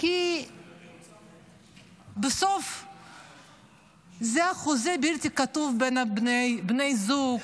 כי בסוף זה חוזה בלתי כתוב בין בני זוג,